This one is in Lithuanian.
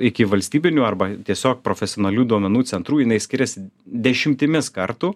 iki valstybinių arba tiesiog profesionalių duomenų centrų jinai skirias dešimtimis kartų